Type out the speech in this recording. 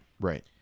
right